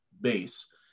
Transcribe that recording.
base